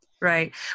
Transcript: Right